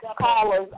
callers